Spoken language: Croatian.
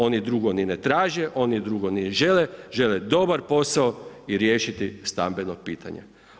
Oni drugo ni ne traže, oni drugo ni ne žele, žele dobar posao i riješiti stambeno pitanje.